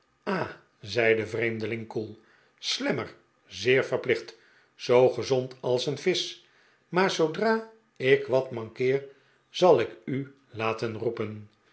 ah zei de vreemdeling koel slammer zeer verplicht zoo gezond als een visch maar zoodra ik wat mankeer zal ik u laten roepen